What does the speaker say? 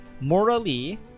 morally